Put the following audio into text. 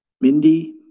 Mindy